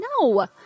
no